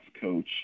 coach